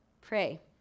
pray